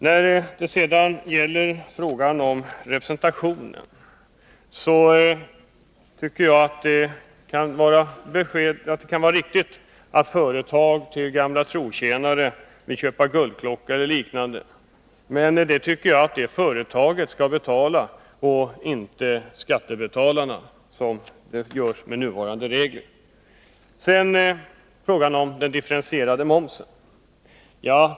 När det sedan gäller frågan om representationen tycker jag att det kan vara riktigt att företag vill köpa guldklockor eller liknande till gamla trotjänare, men jag menar att företaget skall betala dem och inte skattebetalarna, vilket är fallet med nuvarande regler. Så har vi frågan om den differentierade momsen.